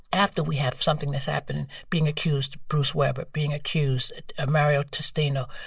after we have something that's happened being accused bruce weber, being accused ah mario testino,